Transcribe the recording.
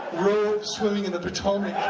rove swimming in the potomac,